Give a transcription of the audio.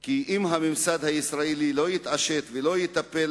כי אם הממסד הישראלי לא יתעשת ולא יטפל